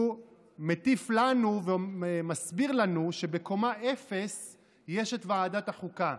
הוא מטיף לנו ומסביר לנו שבקומה אפס יש את ועדת החוקה,